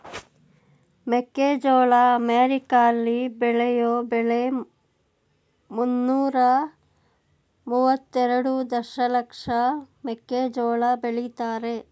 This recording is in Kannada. ಮೆಕ್ಕೆಜೋಳ ಅಮೆರಿಕಾಲಿ ಬೆಳೆಯೋ ಬೆಳೆ ಮುನ್ನೂರ ಮುವತ್ತೆರೆಡು ದಶಲಕ್ಷ ಮೆಕ್ಕೆಜೋಳ ಬೆಳಿತಾರೆ